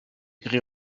grès